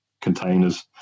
containers